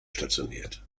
stationiert